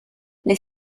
les